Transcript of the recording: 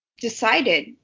decided